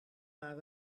naar